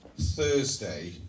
Thursday